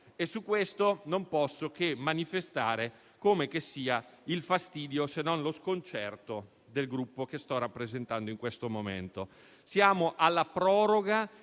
Su questo non posso che manifestare il fastidio, se non lo sconcerto del Gruppo che sto rappresentando in questo momento. Siamo alla proroga